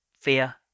fear